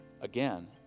Again